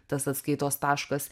tas atskaitos taškas